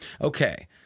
okay